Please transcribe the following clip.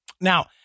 Now